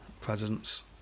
presidents